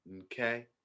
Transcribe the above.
Okay